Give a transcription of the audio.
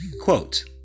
quote